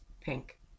pink